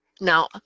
now